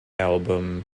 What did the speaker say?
album